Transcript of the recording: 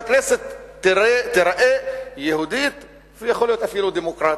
והכנסת תיראה יהודית ויכול להיות אפילו דמוקרטית.